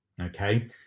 Okay